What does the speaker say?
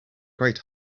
great